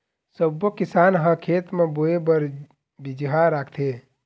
सब्बो किसान ह खेत म बोए बर बिजहा राखथे